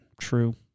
true